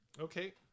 Okay